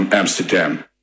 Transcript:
Amsterdam